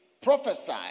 prophesy